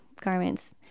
garments